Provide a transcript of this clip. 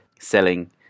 selling